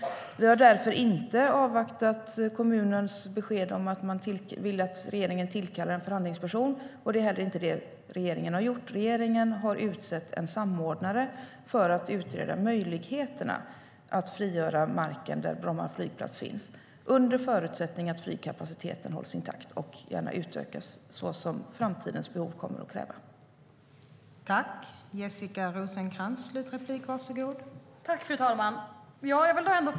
Vi har därför inte avvaktat kommunens besked om att man vill att regeringen tillkallar en förhandlingsperson, och det är inte heller det som regeringen har gjort. Regeringen har utsett en samordnare för att utreda möjligheterna att frigöra marken där Bromma flygplats finns, under förutsättning att flygkapaciteten hålls intakt och gärna utökas såsom framtidens behov kommer att kräva.